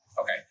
Okay